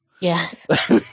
Yes